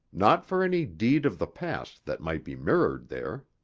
not for any deed of the past that might be mirrored there.